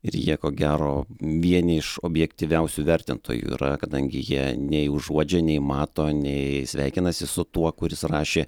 ir jie ko gero vieni iš objektyviausių vertintojų yra kadangi jie nei užuodžia nei mato nei sveikinasi su tuo kuris rašė